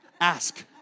ask